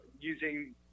using